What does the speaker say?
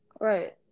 Right